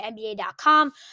NBA.com